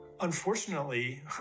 unfortunately